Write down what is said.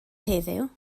heddiw